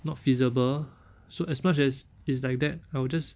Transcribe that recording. not feasible so as much as it's like that I will just